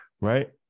right